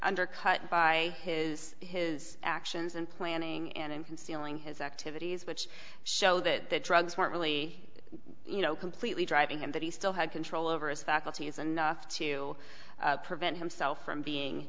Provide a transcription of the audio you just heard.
undercut by his his actions and planning and in concealing his activities which show that the drugs weren't really you know completely driving him that he still had control over his faculties and nothing to prevent himself from being